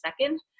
second